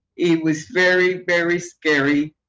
it was very, very scary.